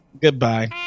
Goodbye